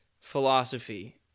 philosophy